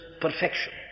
perfection